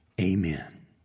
Amen